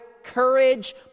Courage